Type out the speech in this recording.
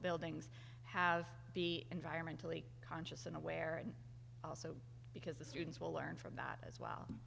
buildings have be environmentally conscious and aware and also because the students will learn from that as well